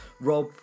Rob